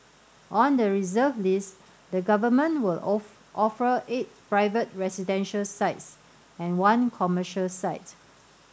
on the reserve list the government will offer eight private residential sites and one commercial site